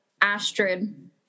Astrid